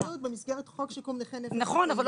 במשרד הבריאות, במסגרת חוק שיקום נכי נפש בקהילה.